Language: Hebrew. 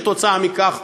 כתוצאה מכך,